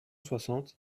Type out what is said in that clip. soixante